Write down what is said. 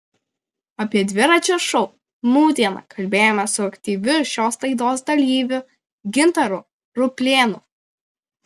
apie dviračio šou nūdieną kalbėjomės su aktyviu šios laidos dalyviu gintaru ruplėnu